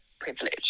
privilege